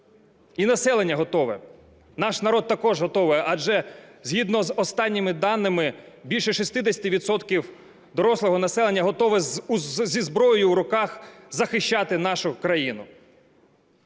І населення готове, наш народ також готовий. Адже згідно з останніми даними більше 60 відсотків дорослого населення готове зі зброєю в руках захищати нашу країну.